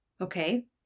Okay